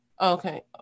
Okay